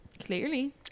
Clearly